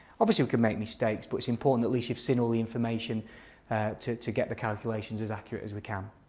obviously, we could make mistakes but it's important that at least you've seen all the information to to get the calculations as accurate as we can.